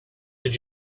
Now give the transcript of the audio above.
did